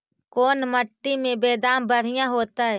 कोन मट्टी में बेदाम बढ़िया होतै?